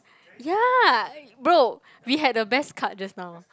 ya bro we had the best cut just now